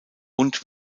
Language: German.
und